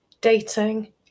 dating